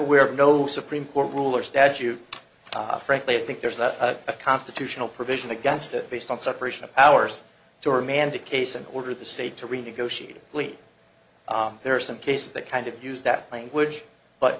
aware of no supreme court rule or statute frankly i think there's that a constitutional provision against it based on separation of powers to remand a case and order the state to renegotiate a plea there are some cases that kind of use that language but